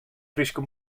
fryske